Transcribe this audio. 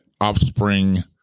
Offspring